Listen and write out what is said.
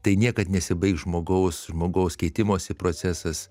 tai niekad nesibaigs žmogaus žmogaus keitimosi procesas